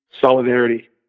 Solidarity